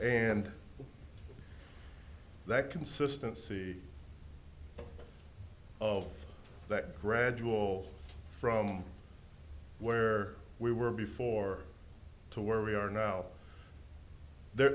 and that consistency of that graduate from where we were before to where we are now